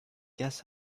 guess